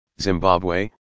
Zimbabwe